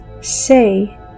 say